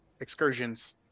excursions